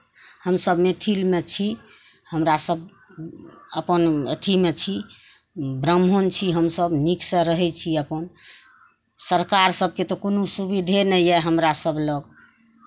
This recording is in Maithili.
हमसभ मैथिलमे छी हमरा सभ अपन अथीमे छी ब्राह्मण छी हमसभ नीकसँ रहै छी अपन सरकार सभके तऽ कोनो सुविधे नहि यए हमरा सभ लग